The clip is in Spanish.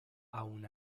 aun